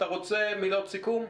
אתה רוצה מילות סיכום?